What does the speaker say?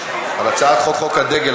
על הצעת חוק הדגל,